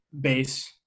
base